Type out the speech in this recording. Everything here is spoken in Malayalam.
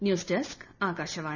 news desk Akashvani